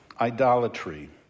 idolatry